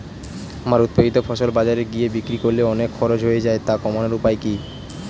আমার উৎপাদিত ফসল বাজারে গিয়ে বিক্রি করলে অনেক খরচ হয়ে যায় তা কমানোর উপায় কি?